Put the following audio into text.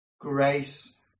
grace